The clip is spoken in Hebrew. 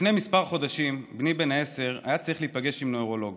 לפני כמה חודשים בני בן העשר היה צריך להיפגש עם נוירולוג